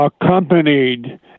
accompanied